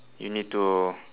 you need to